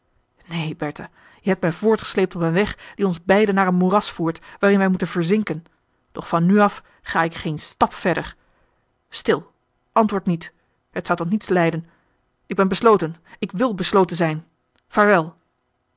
neen bertha je hebt mij voortgesleept op een weg die ons beiden naar een moeras voert waarin wij moeten verzinken doch van nu af ga ik geen stap verder stil antwoord niet het zou tot niets leiden ik ben besloten ik wil besloten zijn vaarwel